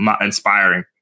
inspiring